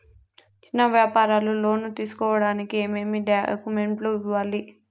చిన్న వ్యాపారులు లోను తీసుకోడానికి ఏమేమి డాక్యుమెంట్లు ఇవ్వాలి?